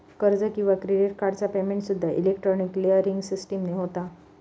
कर्ज किंवा क्रेडिट कार्डचा पेमेंटसूद्दा इलेक्ट्रॉनिक क्लिअरिंग सिस्टीमने होता